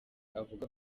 avuga